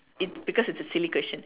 it because it's a silly question